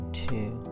two